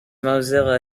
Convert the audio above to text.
mozilla